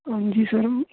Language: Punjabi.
ਹਾਂਜੀ ਸਰ